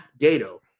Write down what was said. Gato